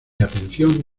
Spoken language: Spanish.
atención